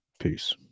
Peace